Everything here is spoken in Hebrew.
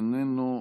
איננו,